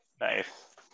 nice